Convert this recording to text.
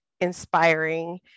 inspiring